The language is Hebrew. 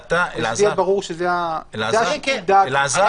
שיהיה ברור שזה -- אלעזר,